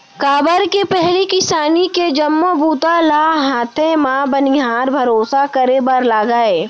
काबर के पहिली किसानी के जम्मो बूता ल हाथे म बनिहार भरोसा करे बर लागय